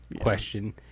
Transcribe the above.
question